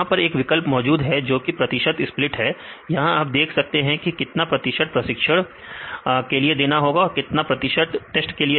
यहां एक और विकल्प मौजूद है जो कि प्रतिशत स्प्लिट है यहां आप देख सकते हैं कि कितना प्रतिशत प्रशिक्षण के लिए देना है और कितना प्रतिशत टेस्ट के लिए